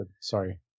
sorry